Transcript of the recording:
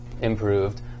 improved